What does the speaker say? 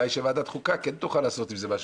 אולי שוועדת החוקה כן תוכל לעשות עם זה משהו,